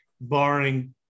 barring